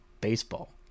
baseball